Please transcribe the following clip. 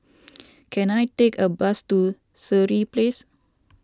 can I take a bus to Sireh Place